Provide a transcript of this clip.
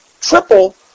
triple